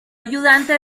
ayudante